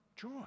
joy